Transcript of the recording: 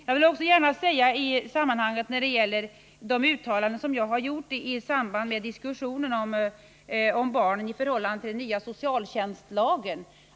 Jag vill också gärna i detta sammanhang säga något beträffande det uttalande som jag har gjort i samband med diskussionen om barnens situation i förhållande till den nya socialtjänstlagen.